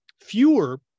fewer